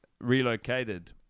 relocated